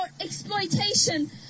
exploitation